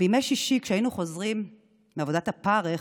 בימי שישי כשהיינו חוזרים מעבודת הפרך,